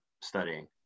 studying